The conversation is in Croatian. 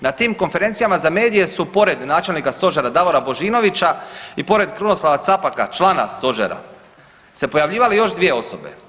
Na tim Konferencijama za medije su pored načelnika Stožera Davora Božinovića i pored Krunoslava Capaka, člana Stožera se pojavljivale još dvije osobe.